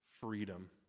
freedom